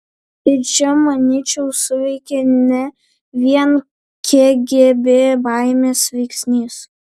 ir čia manyčiau suveikė ne vien kgb baimės veiksnys